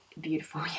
beautiful